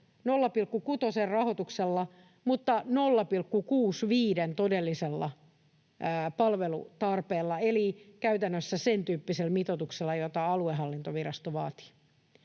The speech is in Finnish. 0,6:n rahoituksella mutta 0,65:n todellisella palvelutarpeella — eli käytännössä sentyyppisellä mitoituksella, jota aluehallintovirasto vaatii.